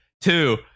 Two